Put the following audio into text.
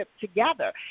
together